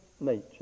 nature